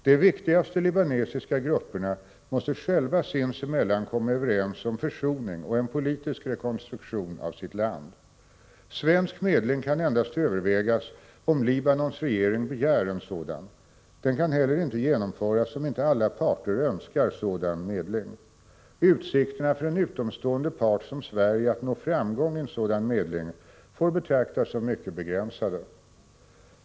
De viktigaste libanesiska grupperna måste själva sinsemellan komma överens om försoning och en politisk rekonstruktion av sitt land. Svensk medling kan endast övervägas om Libanons regering begär en sådan. Den kan heller inte genomföras om inte alla parter önskar sådan medling. Utsikerna för en utomstående part som Sverige att nå framgång i en sådan medling får betraktas som mycket begränsade.